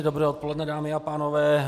Dobré odpoledne, dámy a pánové.